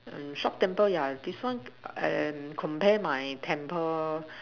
and short temper yeah this one and compare my temper